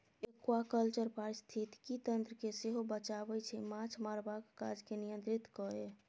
aquaculture पारिस्थितिकी तंत्र केँ सेहो बचाबै छै माछ मारबाक काज केँ नियंत्रित कए